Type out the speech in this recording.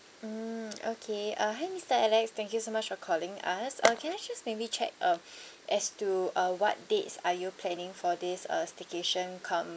mm okay uh hi mister alex thank you so much for calling us uh can I just maybe check uh as to uh what dates are you planning for this uh staycation come